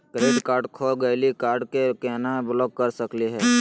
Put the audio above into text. Credit card खो गैली, card क केना ब्लॉक कर सकली हे?